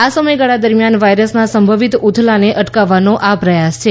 આ સમયગાળા દરમિયાન વાયરસના સંભવિત ઊથલાને અટકાવવાનો આ પ્રયાસ છે